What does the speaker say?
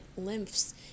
lymphs